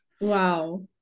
wow